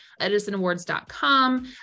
edisonawards.com